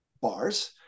bars